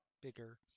bigger